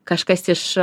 kažkas iš